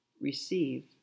receive